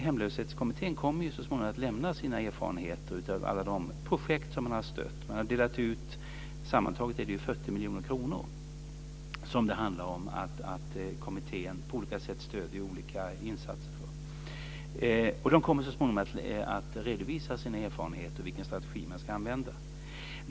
Hemlöshetskommittén kommer så småningom att lämna sina erfarenheter av alla de projekt som man har stöttat. Det handlar om sammantaget 40 miljoner kronor som kommittén på olika sätt stöder olika insatser med. Den kommer så småningom att redovisa vilken strategi man ska använda.